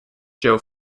joe